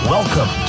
Welcome